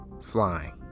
flying